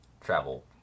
Travel